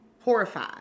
horrified